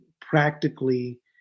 practically